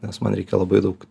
nes man reikia labai daug